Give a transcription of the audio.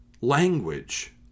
language